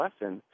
lesson